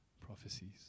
prophecies